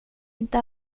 inte